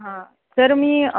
हां तर मी